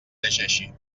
llegeixi